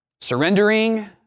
Surrendering